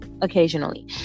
occasionally